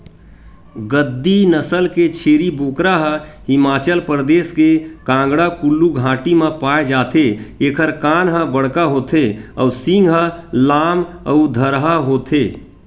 गद्दी नसल के छेरी बोकरा ह हिमाचल परदेस के कांगडा कुल्लू घाटी म पाए जाथे एखर कान ह बड़का होथे अउ सींग ह लाम अउ धरहा होथे